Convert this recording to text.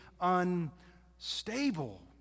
unstable